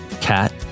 cat